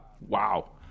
wow